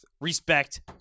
Respect